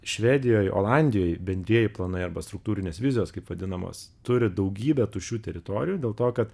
švedijoj olandijoj bendrieji planai arba struktūrinės vizijos kaip vadinamos turi daugybę tuščių teritorijų dėl to kad